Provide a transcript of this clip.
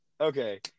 okay